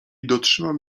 dotrzymam